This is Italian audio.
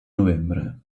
novembre